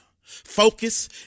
Focus